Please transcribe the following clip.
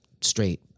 straight